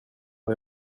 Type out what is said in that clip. var